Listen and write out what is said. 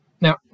Now